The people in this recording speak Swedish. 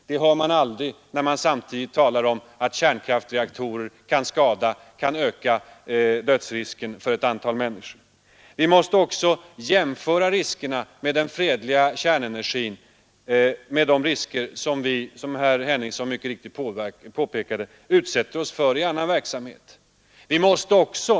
Det hör man aldrig, när det talas om att kärnkraftreaktorer kan öka dödsrisken för ett antal människor. Vi måste också jämföra riskerna med den fredliga kärnenergin med de risker som vi, som herr Henningsson mycket riktigt påpekat, utsätter oss för vid annan verksamhet.